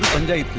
and